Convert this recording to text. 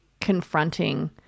confronting